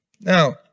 Now